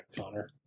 Connor